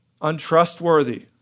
Untrustworthy